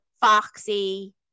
Foxy